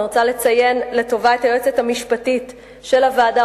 אני רוצה לציין לטובה את היועצת המשפטית של הוועדה,